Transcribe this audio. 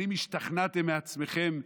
שנים השתכנעתם מעצמכם,